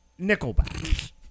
Nickelback